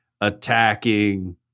attacking